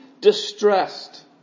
distressed